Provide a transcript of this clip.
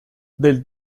del